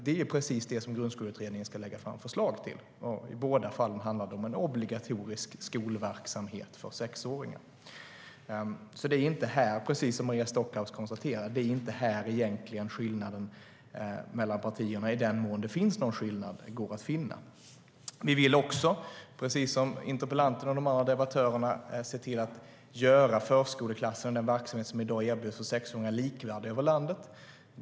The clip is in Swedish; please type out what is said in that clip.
Detta ska Grundskoleutredningen lägga fram förslag på, och i båda fallen handlar det om en obligatorisk skolverksamhet för sexåringar. Vi vill också, precis som interpellanten och de andra debattörerna, göra förskoleklassen och den verksamhet som i dag erbjuds sexåringar likvärdig över hela landet.